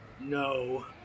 No